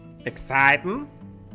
exciting